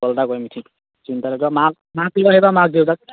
phone call এটা কৰিম চিন্তা নকৰিবা মাক মাক লৈ আহিবা মাক দেউতাক